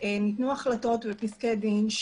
ניתנו החלטות ופסקי דין,